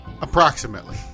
Approximately